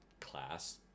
class